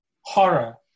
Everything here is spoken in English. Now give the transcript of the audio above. horror